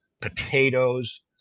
potatoes